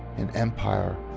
an empire.